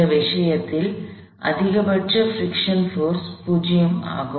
இந்த விஷயத்தில் அதிகபட்ச பிரிக்ஷன் போர்ஸ் 0 ஆகும்